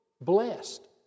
blessed